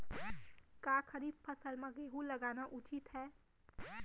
का खरीफ फसल म गेहूँ लगाना उचित है?